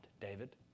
David